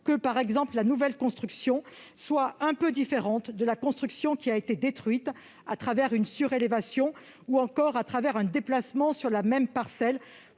par exemple, que la nouvelle construction soit un peu différente de celle qui a été détruite, à travers une surélévation ou encore un déplacement sur la même parcelle